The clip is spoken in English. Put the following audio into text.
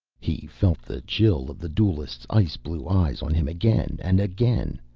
he felt the chill of the duelist's ice-blue eyes on him again and again,